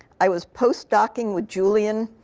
i was postdocing with julian.